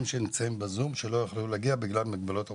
שנמצאים ב-זום ולא יכלו להגיע לכאן בגלל מגבלות הקורונה.